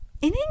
In